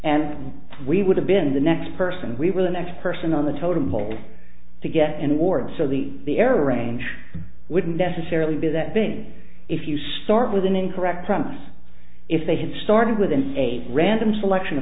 and we would have been the next person we were the next person on the totem pole to get an award so the the air range wouldn't necessarily be that bin if you start with an incorrect premise if they had started within a random selection of